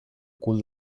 cul